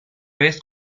vez